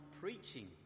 preaching